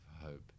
hope